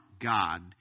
God